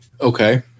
Okay